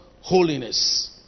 Holiness